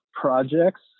projects